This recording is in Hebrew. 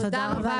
הישיבה נעולה.